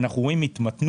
אנחנו רואים התמתנות